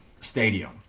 Stadium